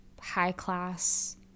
high-class